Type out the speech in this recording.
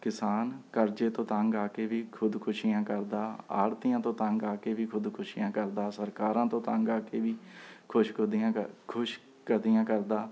ਕਿਸਾਨ ਕਰਜ਼ੇ ਤੋਂ ਤੰਗ ਆ ਕੇ ਵੀ ਖੁਦਕੁਸ਼ੀਆਂ ਕਰਦਾ ਆੜ੍ਹਤੀਆਂ ਤੋਂ ਤੰਗ ਆ ਕੇ ਵੀ ਖੁਦਕੁਸ਼ੀਆਂ ਕਰਦਾ ਸਰਕਾਰਾਂ ਤੋਂ ਤੰਗ ਆ ਕੇ ਵੀ ਖੁਦਕੁਸ਼ੀਆਂ ਕਰ ਖੁਦਕੁਸ਼ੀਆਂ ਕਰਦਾ